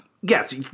yes